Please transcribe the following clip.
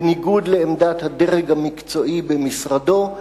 בניגוד לעמדת הדרג המקצועי במשרדו,